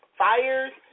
fires